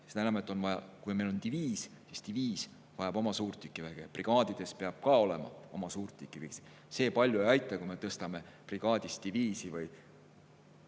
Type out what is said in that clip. seda enam, et kui meil on diviis, siis diviis vajab oma suurtükiväge, brigaadides peab ka olema oma suurtükivägi. See palju ei aita, kui me tõstame selle brigaadist diviisi,